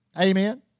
Amen